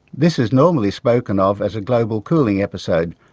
this is normally spoken of as a global cooling episode,